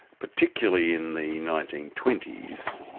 particularly in the nineteen twenty s,